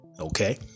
okay